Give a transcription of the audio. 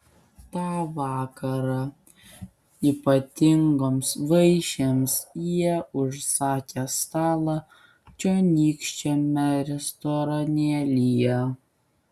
tą vakarą ypatingoms vaišėms jie užsakė stalą čionykščiame restoranėlyje